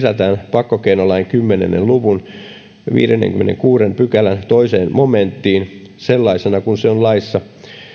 pakkokeinolain kymmenen luvun viidennenkymmenennenkuudennen pykälän toiseen momenttiin sellaisena kuin se on laissa